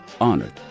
honored